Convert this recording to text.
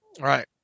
right